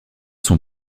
sont